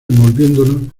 envolviéndonos